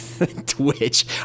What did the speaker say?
Twitch